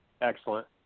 Excellent